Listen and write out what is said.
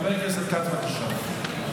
חבר הכנסת כץ, בבקשה.